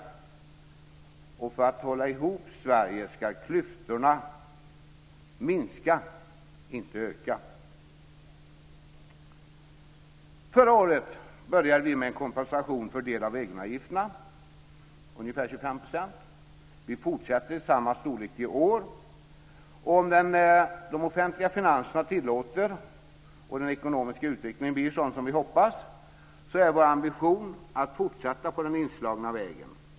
För att vi ska kunna hålla ihop Sverige ska klyftorna minska, inte öka. Förra året började vi med en kompensation för del av egenavgifterna - ungefär 25 %. Vi fortsätter i samma storleksordning i år. Om de offentliga finanserna tillåter och den ekonomiska utvecklingen blir sådan som vi hoppas är vår ambition att fortsätta på den inslagna vägen.